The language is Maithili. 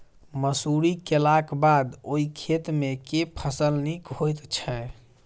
मसूरी केलाक बाद ओई खेत मे केँ फसल नीक होइत छै?